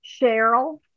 Cheryl